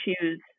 choose